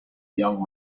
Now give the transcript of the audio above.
young